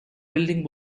building